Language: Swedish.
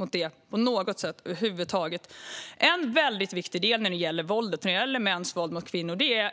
En viktig del i att jobba förebyggande mot våld och mäns våld mot kvinnor är